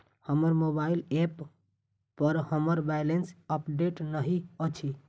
हमर mobile app पर हमर बैलेंस अपडेट नहि अछि